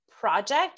project